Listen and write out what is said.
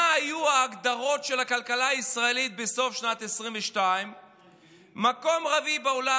מה היו ההגדרות של הכלכלה הישראלית בסוף שנת 2022. מקום רביעי בעולם.